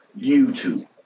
YouTube